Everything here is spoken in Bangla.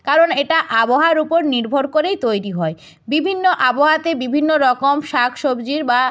কারণ এটা আবহাওয়ার উপর নির্ভর করেই তৈরি হয় বিভিন্ন আবহাওয়াতে বিভিন্ন রকম শাক সবজির বা